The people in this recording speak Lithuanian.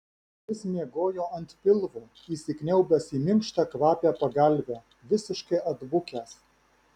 jis miegojo ant pilvo įsikniaubęs į minkštą kvapią pagalvę visiškai atbukęs